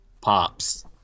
pops